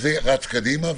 וזה רץ קדימה.